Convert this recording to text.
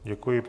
Děkuji.